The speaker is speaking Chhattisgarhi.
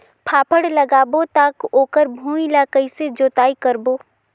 फाफण लगाबो ता ओकर भुईं ला कइसे जोताई करबो?